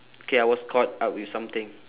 K I was caught up with something